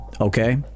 okay